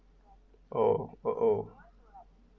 orh orh orh